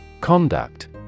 Conduct